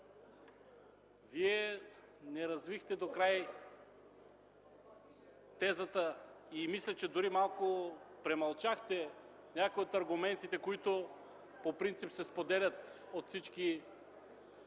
Вие не развихте докрай тезата и мисля, че малко премълчахте дори някои от аргументите, които по принцип се споделят от всички